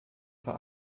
vor